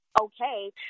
okay